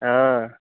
हा